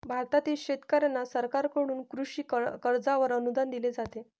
भारतातील शेतकऱ्यांना सरकारकडून कृषी कर्जावर अनुदान दिले जाते